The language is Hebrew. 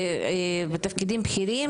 ובתפקידים בכירים,